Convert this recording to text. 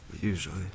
Usually